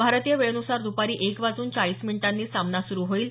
भारतीय वेळेन्सार द्पारी एक वाजून चाळीस मिनिटांनी सामना सुरू होईल